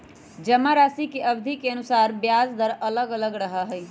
जमाराशि के अवधि के अनुसार ब्याज दर अलग अलग रहा हई